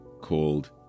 called